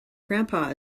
grandpa